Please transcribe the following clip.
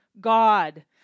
god